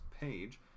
page